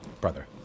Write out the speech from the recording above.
brother